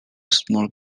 small